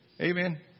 Amen